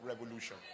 revolution